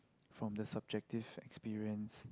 from the subjective experience